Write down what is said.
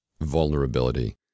vulnerability